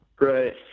right